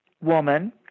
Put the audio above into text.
woman